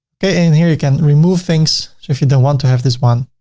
okay and here you can remove things, so if you don't want to have this one,